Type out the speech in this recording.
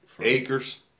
acres